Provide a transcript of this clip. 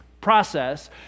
process